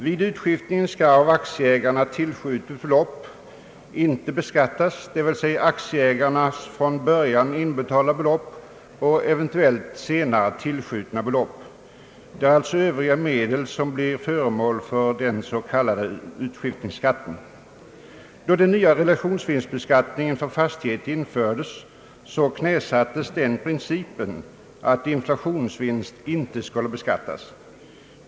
Vid utskiftningen skall av aktieägarna tillskjutet belopp inte beskattas, dvs. aktieägarnas från början inbetalda belopp och eventuellt senare tillskjutna belopp. Det är alltså övriga medel som utgör grund för den s.k. utskiftningsskatten. Då den nya realisationsvinstbeskattningen för fastighet infördes, knäsattes den principen att inflationsvinst inte skulle beskattas.